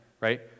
right